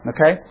Okay